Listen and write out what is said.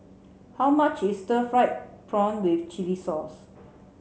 how much is stir fried prawn with chili sauce